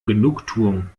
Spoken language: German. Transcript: genugtuung